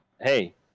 Hey